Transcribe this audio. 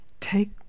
take